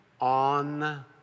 on